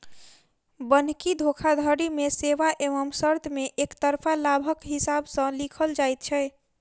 बन्हकी धोखाधड़ी मे सेवा एवं शर्त मे एकतरफा लाभक हिसाब सॅ लिखल जाइत छै